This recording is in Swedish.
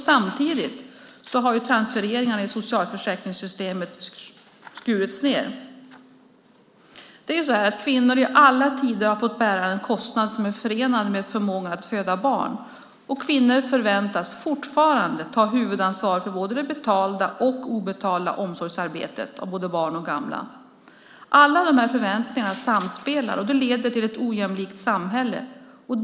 Samtidigt har transfereringarna i socialförsäkringssystemet skurits ned. Kvinnor har i alla tider fått bära de kostnader som är förenade med förmågan att föda barn. Kvinnor förväntas fortfarande ta huvudansvar för både det betalda och det obetalda omsorgsarbetet med både barn och gamla. Alla dessa förväntningar samspelar. Det leder till ett ojämlikt samhälle.